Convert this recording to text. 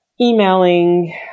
Emailing